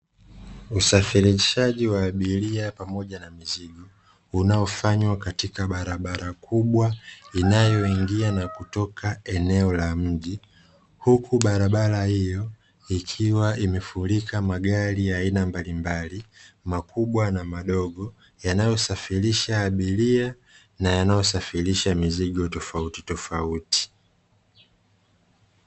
Usafirishaji wa abiria pamoja na mizigo, unaofanywa katika barabara kubwa inayoingia na kutoka eneo la mji. Huku barabara hiyo ikiwa imefurika magari ya aina mbalimbali makubwa na madogo yanayosafirisha abiria na yanayosafirisha mizigo tofauti tofauti.